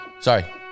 sorry